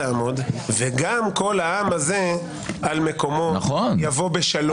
עמוד וגם כל העם הזה על מקומו יבוא בשלום".